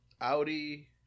Audi